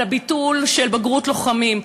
על הביטול של בגרות לוחמים.